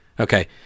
Okay